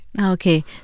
Okay